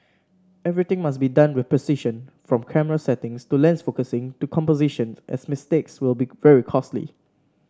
everything must be done with precision from camera settings to lens focusing to composition as mistakes will be very costly